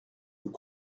vous